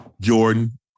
Jordan